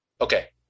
okay